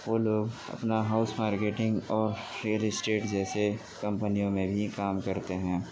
وہ لوگ اپنا ہاؤس مارکیٹنگ اور ریئل اسٹیٹ جیسے کمپنیوں میں بھی کام کرتے ہیں